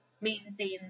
maintain